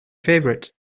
favorite